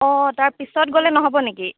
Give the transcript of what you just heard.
অ' তাৰ পিছত গ'লে নহ'ব নেকি